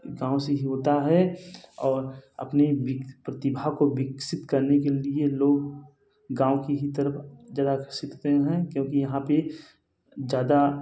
गाँव से ही होता है और अपनी भीतर प्रतिभा को विकसित करने के लिए लोग गाँव की ही तरफ़ जा जा के सीखते हैं क्योंकि यहाँ पर ज़्यादा